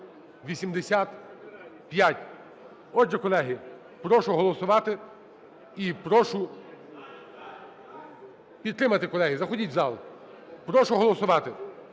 9285). Отже, колеги, прошу голосувати і прошу підтримати. Колеги, заходіть в зал. Прошу голосувати.